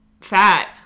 fat